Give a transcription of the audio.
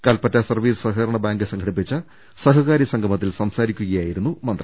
Kalpetta service സഹകരണ bank സംഘടിപ്പിച്ച സഹകാരി സംഗമത്തിൽ സംസാരിക്കുകയായിരുന്നു മന്തി